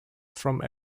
from